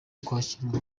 kwakira